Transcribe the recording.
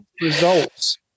results